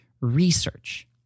research